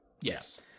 yes